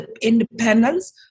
independence